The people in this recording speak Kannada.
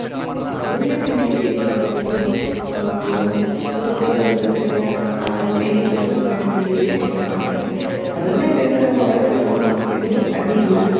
ಇನ್ನು ಮನೆಯಲ್ಲೇ ತಿನ್ನಲಿಕೆ ಇಷ್ಟಪಡ್ತೀನಿ ನಮ್ಮ ಕುಟುಂಬದವರ ಜೊತೆ ಆ ಸ್ನೇಹಿತರ ಜೊತೆ ತಿನ್ನಲಿಕೆ ಇಷ್ಟಪಡ್ತೀನಿ ಅದನ್ನೇ ಬೇಕಾರೆ ಹೊರಗೆ ತಗೊಂಡು ಹೋಗಿ ತಿಂದರು ಅಡ್ಡಿಯಿಲ್ಲ